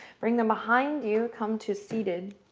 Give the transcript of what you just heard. bring them behind you. come to seated.